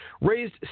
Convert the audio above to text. raised